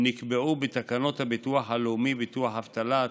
שנקבעו בתקנות הביטוח הלאומי (ביטוח אבטלה),